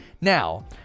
Now